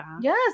Yes